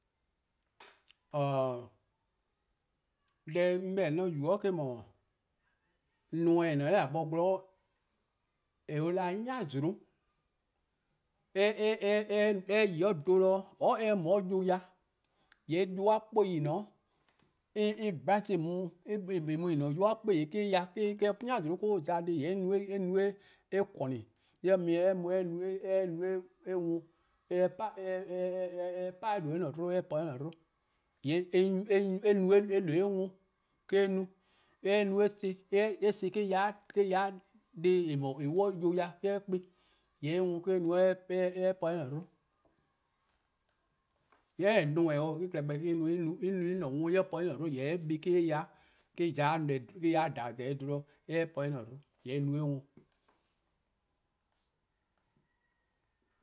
:Oror: deh 'on 'beh-dih 'on 'ye-a yubo: :eh-: 'dhu, neme: :eh ne-a 'nor :a bo :gwlor :eh an 'da 'de-a 'yalih-eh, :mor eh yi 'o 'bluhbor, :oror' :mor eh mu 'de yuh ya, :yee' yuh-a 'kpou:+ :en :ne-a 'o, 'de en ya 'de :wor 'yalih-eh za deh :yee' eh no eh :kornu:+ eh kpon-ih dih eh mu eh no eh worn 'de eh 'pa eh :due'-a dlo eh po-eh :due'-: 'dlo. :yee' eh no eh-a :due'-a worn, ka eh no, 'de eh no eh son+ eh son+ me-: ya 'de deh :en. deh :en 'wluh-a 'de yuh ya 'de eh kpa-ih. :yee' eh worn mo-: eh no 'de eh po eh-a' 'dlo. any neme: 'o en klehkpeh en no en worn en po en-: dlo, jorwor: en buh+ me-: ya, me-: ya 'de gbehne: en :za-ih 'o 'bluhbor' 'de eh po eh-a'a: dlo yee' eh no eh-' worn.